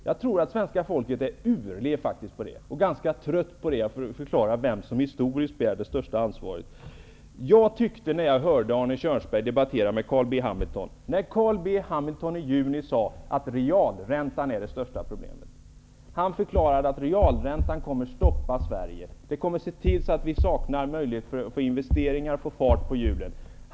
Jag tror att svenska folket är utless på att höra förklaringar om vem som historiskt bär det största ansvaret. Jag hörde Arne Kjörnsberg debattera med Carl B Hamilton i juni, och Carl B Hamilton sade att realräntan var det största problemet. Han förklarade att realräntan skulle komma att stoppa Sverige, så att vi saknade möjlighet att göra investeringar och få fart på hjulen.